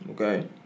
Okay